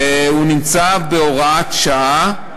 והוא נמצא בהוראת שעה,